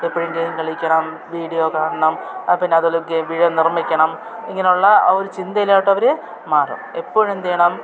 എപ്പോഴും ഗെയിം കളിക്കണം വീഡിയോ കാണണം പിന്നെ അതിൽ വിഡിയ നിർമ്മിക്കണം ഇങ്ങനെയുള്ള ആ ഒരു ചിന്തയിലോട്ട് അവർ മാറും എപ്പോഴും എന്തു ചെയ്യണം